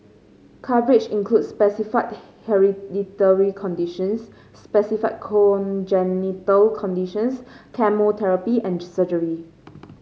coverage includes specified hereditary conditions specified congenital conditions chemotherapy and surgery